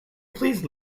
please